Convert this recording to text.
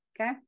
okay